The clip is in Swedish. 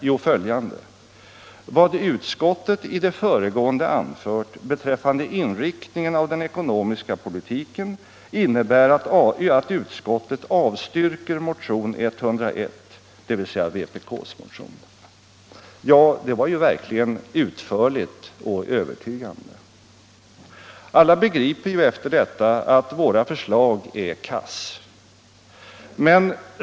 Jo, följande: ”Vad utskottet i det föregående anfört beträffande inriktningen av den ekonomiska politiken innebär att utskottet avstyrker motionen 101”, dvs. vpk:s motion. Ja, det var verkligen utförligt och övertygande. Alla begriper ju efter detta att våra förslag är kass.